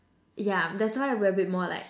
yeah that's why we're a bit more like